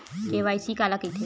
KYC काला कइथे?